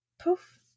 poof